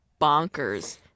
bonkers